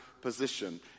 position